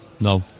no